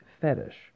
fetish